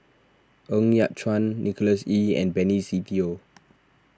Ng Yat Chuan Nicholas Ee and Benny Se Teo